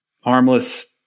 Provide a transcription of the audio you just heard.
harmless